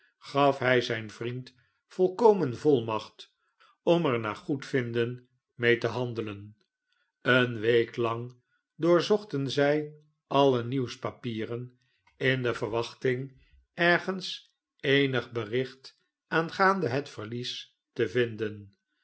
gaf hij zijn vriend volkomen volmacht om er naar goedvinden mee te handelen eene week lang doorzochten zij alle nieuwspapieren in de verwachting ergens eenig bericht aangaande het verlies te vinden